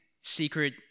secret